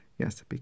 Yes